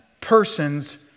person's